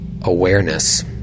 awareness